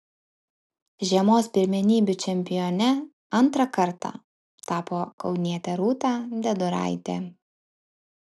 žiemos pirmenybių čempione antrą kartą tapo kaunietė rūta deduraitė